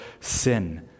sin